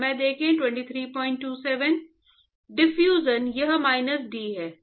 diffusion यह minus D है